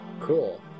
Cool